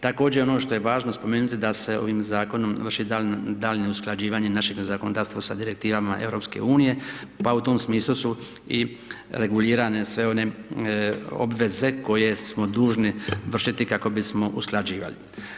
Također ono što je važno spomenuti da se ovim zakonom vrši daljnje usklađivanje našeg zakonodavstva sa Direktivama EU, pa u tom smislu su i regulirane sve one obveze koje smo dužni vršiti kako bismo usklađivali.